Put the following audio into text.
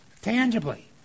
tangibly